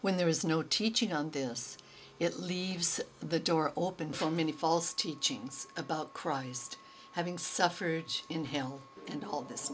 when there was no teaching on this it leaves the door open for many false teachings about christ having suffered in him and all this